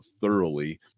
thoroughly